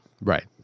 Right